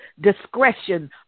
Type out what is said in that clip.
discretion